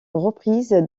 reprise